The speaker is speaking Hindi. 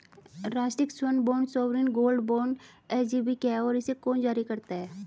राष्ट्रिक स्वर्ण bond sovereign gold bond SGB क्या है और इसे कौन जारी करता है?